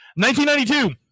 1992